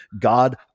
God